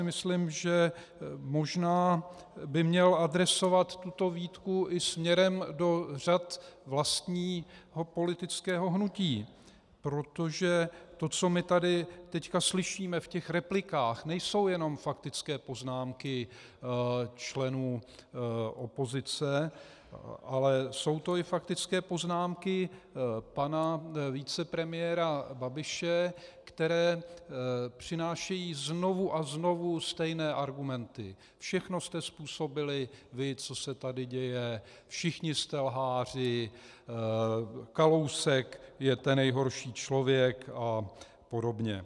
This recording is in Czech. Myslím si, že možná by měl adresovat tuto výtku i směrem do řad svého vlastního politického hnutí, protože to, co my tady teď slyšíme v těch replikách, nejsou jenom faktické poznámky členů opozice, ale jsou to i faktické poznámky pana vicepremiéra Babiše, které přinášejí znovu a znovu stejné argumenty: všechno jste způsobili vy, co se tady děje, všichni jste lháři, Kalousek je ten nejhorší člověk a podobně.